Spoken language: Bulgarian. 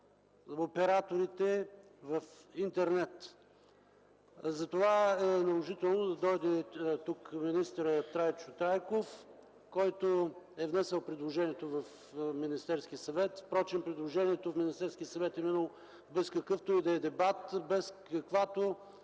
операторите в интернет. Затова смятаме, че е наложително тук да дойде министър Трайчо Трайков, който е внесъл предложението в Министерския съвет. Впрочем предложението в Министерския съвет е без какъвто и да е дебат, без каквато